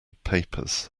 papers